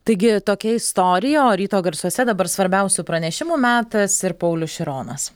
taigi tokia istorija o ryto garsuose dabar svarbiausių pranešimų metas ir paulius šironas